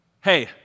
hey